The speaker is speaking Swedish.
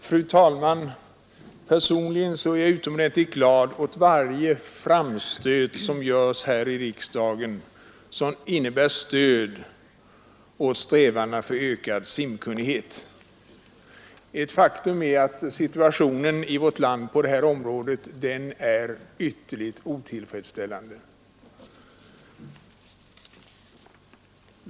Fru talman! Personligen är jag utomordentligt glad för varje framstöt som görs här i riksdagen och som innebär stöd åt strävandena för ökad simkunnighet. Ett faktum är nämligen att situationen i vårt land på det området är klart otillfredsställande.